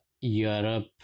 europe